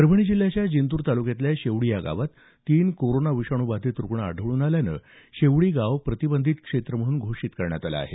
परभणी जिल्ह्याच्या जिंतूर तालुक्यातल्या शेवडी या गावात तीन कोरोना विषाणू बाधीत रुग्ण आढळून आल्यानं शेवडी हे गाव प्रतिबंधित क्षेत्र म्हणून घोषित करण्यात आलं आहे